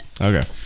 Okay